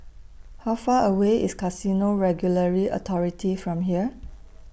How Far away IS Casino Regulatory Authority from here